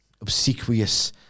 obsequious